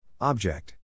Object